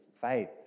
faith